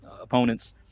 opponents